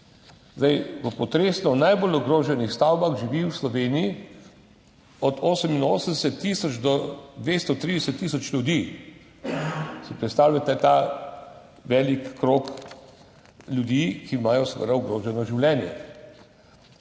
V potresno najbolj ogroženih stavbah živi v Sloveniji od 88 tisoč do 230 tisoč ljudi. Ali si predstavljate ta velik krog ljudi, ki imajo seveda ogroženo življenje?